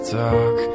talk